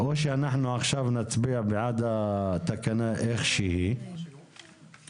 או שאנחנו עכשיו נצביע בעד התקנה כפי שהיא